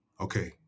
Okay